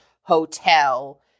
hotel